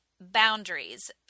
boundaries